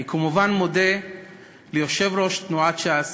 אני כמובן מודה ליושב-ראש תנועת ש"ס,